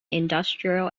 industrial